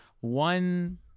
One